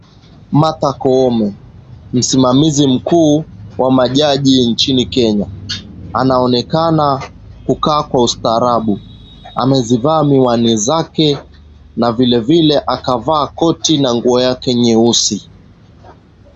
Martha Koome, msimamizi mkuu wa majaji nchini Kenya, anaonekana kukaa kwa ustaarabu, ameivaa miwani yake na vilevile akavaa koti na nguo yake nyeusi.